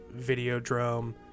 Videodrome